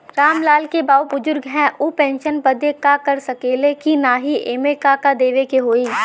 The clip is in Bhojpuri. राम लाल के बाऊ बुजुर्ग ह ऊ पेंशन बदे भर सके ले की नाही एमे का का देवे के होई?